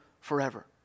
forever